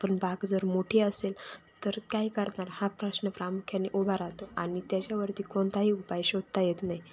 पण बाग जर मोठी असेल तर काय करणार हा प्रश्न प्रामुख्याने उभा राहतो आणि त्याच्यावरती कोणताही उपाय शोधता येत नाही